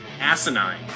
asinine